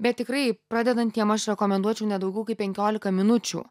bet tikrai pradedantiem aš rekomenduočiau ne daugiau kaip penkiolika minučių